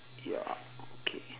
ya okay